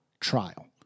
trial